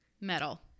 metal